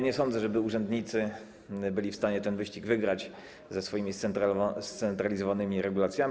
Nie sądzę, żeby urzędnicy byli w stanie ten wyścig wygrać ze swoimi scentralizowanymi regulacjami.